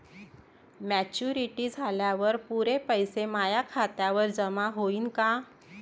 Maturity झाल्यावर पुरे पैसे माया खात्यावर जमा होईन का?